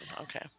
okay